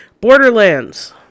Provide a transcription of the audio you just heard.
Borderlands